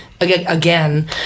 again